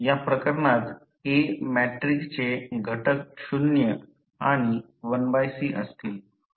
या प्रकरणात A मॅट्रिक्सचे घटक 0 आणि 1C असतील